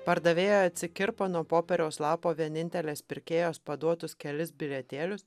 pardavėja atsikirpo nuo popieriaus lapo vienintelės pirkėjos paduotus kelis bilietėlius